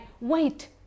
wait